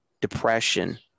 depression